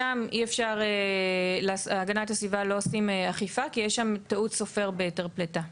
שם הגנת הסביבה לא עושים אכיפה כי יש שם טעות סופר בהיתר פליטה.